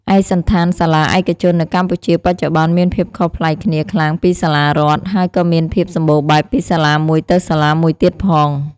ឯកសណ្ឋានសាលាឯកជន នៅកម្ពុជាបច្ចុប្បន្នមានភាពខុសប្លែកគ្នាខ្លាំងពីសាលារដ្ឋ ហើយក៏មានភាពសម្បូរបែបពីសាលាមួយទៅសាលាមួយទៀតផង។